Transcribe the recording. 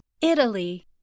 Italy